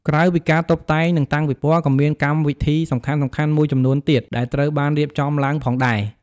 ក្រៅពីការតុបតែង និងតាំងពិព័រណ៍ ក៏មានកម្មវិធីសំខាន់ៗមួយចំនួនទៀតដែលត្រូវបានរៀបចំឡើងផងដែរ។